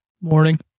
Morning